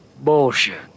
Bullshit